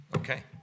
Okay